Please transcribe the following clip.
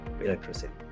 electricity